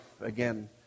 again